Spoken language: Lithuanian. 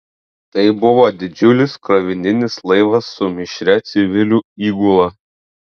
tai buvo didžiulis krovininis laivas su mišria civilių įgula